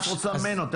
מה את רוצה ממנו?